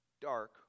dark